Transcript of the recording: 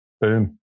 boom